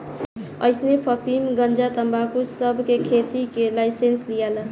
अइसने अफीम, गंजा, तंबाकू सब के खेती के लाइसेंस लियाला